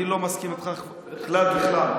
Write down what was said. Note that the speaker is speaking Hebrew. אני לא מסכים איתך כלל וכלל,